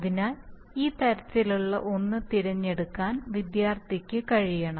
അതിനാൽ ഈ തരത്തിലുള്ള ഒന്ന് തിരഞ്ഞെടുക്കാൻ വിദ്യാർത്ഥിക്ക് കഴിയണം